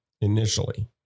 initially